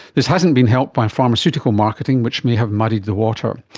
this hasn't been helped by pharmaceutical marketing which may have muddied the water.